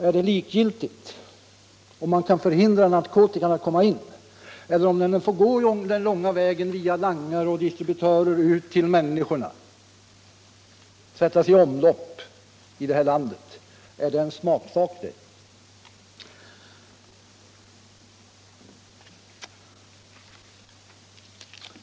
Är det likgiltigt om man kan hindra narkotikan att komma in i landet eller om den får gå den långa vägen via langare och distributörer ut till människorna och sättas i omlopp i vårt land? Är det en smaksak det?